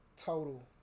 total